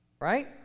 right